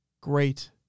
great